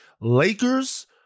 Lakers